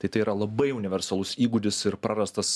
tai tai yra labai universalus įgūdis ir prarastas